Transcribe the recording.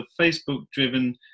Facebook-driven